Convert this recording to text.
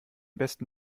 besten